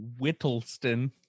Whittleston